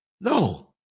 No